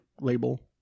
label